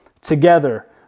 together